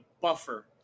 buffer